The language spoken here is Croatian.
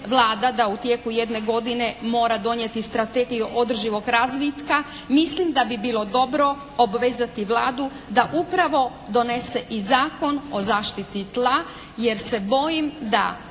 da u tijeku jedne godine mora donijeti strategiju održivog razvitka mislim da bi bilo dobro obvezati Vladu da upravo donese i Zakon o zaštiti tla jer se bojim da